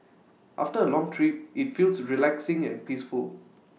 after A long trip IT feels relaxing and peaceful